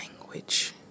language